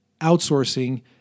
outsourcing